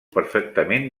perfectament